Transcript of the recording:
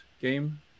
game